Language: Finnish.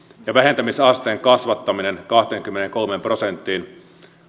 ja vähentämisasteen kasvattaminen kahteenkymmeneenkolmeen prosenttiin